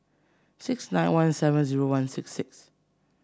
six nine one seven zero one six six